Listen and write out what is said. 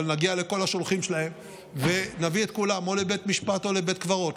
אבל נגיע לכל השולחים שלהם ונביא את כולם או לבית משפט או לבית קברות.